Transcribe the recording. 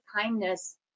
kindness